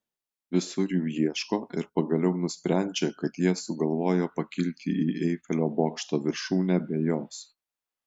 visur jų ieško ir pagaliau nusprendžia kad jie sugalvojo pakilti į eifelio bokšto viršūnę be jos